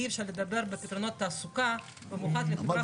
אי אפשר לדבר בפתרונות תעסוקה במיוחד לחברה